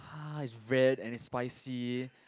[huh] is red and is spicy